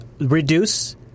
reduce